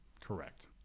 Correct